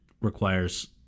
requires